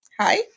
Hi